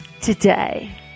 today